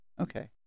Okay